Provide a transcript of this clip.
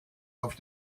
auf